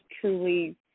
truly